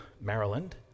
Maryland